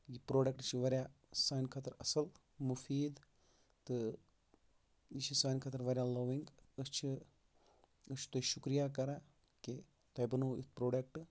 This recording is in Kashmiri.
یہِ پروڈکٹ چھُ واریاہ سانہِ خٲطرٕ اَصٕل مُفیٖد تہٕ یہِ چھُ سانہِ خٲطرٕ واریاہ لَوِنگ أسۍ چھِ تۄہہِ شُکرِیہ کران کہِ تۄہہِ بَنوو یُتھ پروڈکٹ